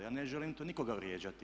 Ja ne želim tu nikoga vrijeđati.